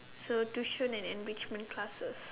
so tuition and enrichment classes